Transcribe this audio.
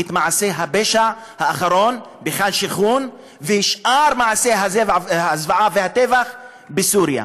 את מעשה הפשע האחרון ואת שאר מעשי הזוועה והטבח בסוריה.